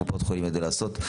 קופות החולים ידעו לעשות.